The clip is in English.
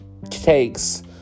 takes